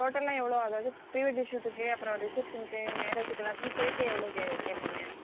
டோட்டலாக எவ்வளோ அதாவது ப்ரீ வெட்டிங் ஷுட்டுக்கு அப்புறம் ரிசப்ஷனுக்கு மேரேஜிக்கு எல்லாத்துக்கும் சேர்த்து எவ்வளோக்கு கேட்பிங்க